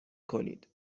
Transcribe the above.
کنید